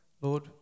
Lord